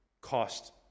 cost